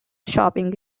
shopping